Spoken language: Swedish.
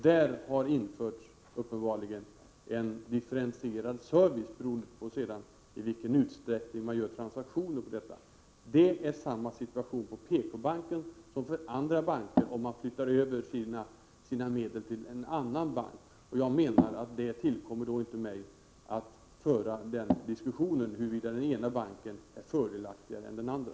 Där har uppenbarligen införts en differentierad service, beroende på i vilken utsträckning man gör transaktioner på detta konto. Det är samma situation för PK-banken som för andra banker, om man flyttar över sina medel till en annan bank. Det tillkommer inte mig att föra diskussionen huruvida den ena banken är fördelaktigare än den andra.